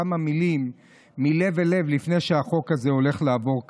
כמה מילים מלב אל לב לפני שהחוק הזה הולך לעבור כאן,